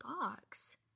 box